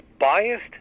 biased